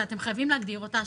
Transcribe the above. ואתם חייבים להגדיר אותה,